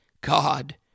God